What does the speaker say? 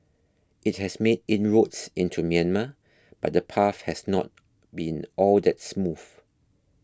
it has made inroads into Myanmar but the path has not been all that smooth